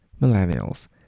Millennials